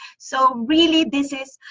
so really this